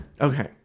okay